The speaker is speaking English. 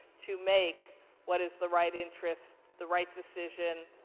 to make what is the right interests, the right decisions,